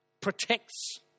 protects